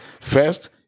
first